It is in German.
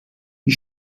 die